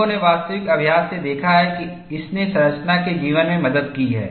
लोगों ने वास्तविक अभ्यास से देखा है कि इसने संरचना के जीवन में मदद की है